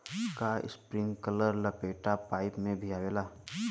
का इस्प्रिंकलर लपेटा पाइप में भी आवेला?